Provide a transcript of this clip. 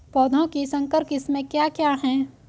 पौधों की संकर किस्में क्या क्या हैं?